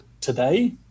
today